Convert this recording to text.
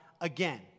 again